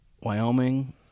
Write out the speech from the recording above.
Wyoming